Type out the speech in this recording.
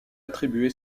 attribué